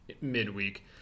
midweek